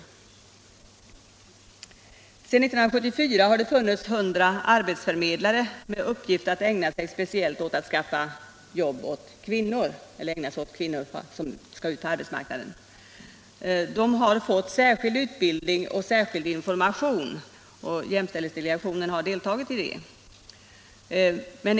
Sedan 1974 har det funnits 100 arbetsförmedlare med uppgift att ägna sig speciellt åt att skaffa arbete åt kvinnor som ämnar gå ut på arbetsmarknaden. Dessa arbetsförmedlare har fått särskild utbildning och information, och i det arbetet har jämställdhetsdelegationen deltagit.